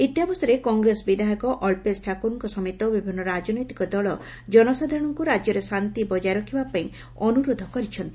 ଇତ୍ୟବସରେ କଂଗ୍ରେସ ବିଧାୟକ ଅବ୍ଧେସ ଠାକୁରଙ୍କ ସମେତ ବିଭିନ୍ନ ରାଜନୈତିକ ଦଳ ଜନସାଧାରଣଙ୍କ ରାଜ୍ୟରେ ଶାନ୍ତି ବଜାୟ ରଖିବାପାଇଁ ଅନ୍ତରୋଧ କରିଛନ୍ତି